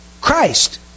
Christ